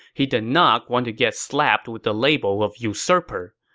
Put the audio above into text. he did not want to get slapped with the label of usurper.